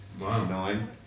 nine